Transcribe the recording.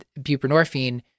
buprenorphine